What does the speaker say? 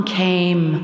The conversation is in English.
came